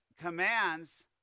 commands